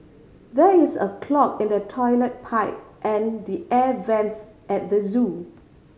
there is a clog in the toilet pipe and the air vents at the zoo